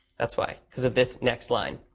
that's why, because of this next line.